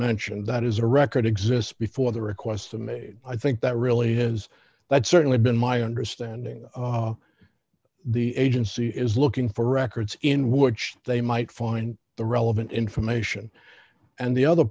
mentioned that is a record exists before the requests were made i think that really has that certainly been my understanding the agency is looking for records in would they might find the relevant information and the other